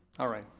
alright,